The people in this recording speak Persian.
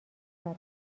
برام